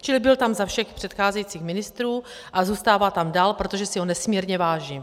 Čili byl tam za všech předcházejících ministrů a zůstává tam dál, protože si ho nesmírně vážím.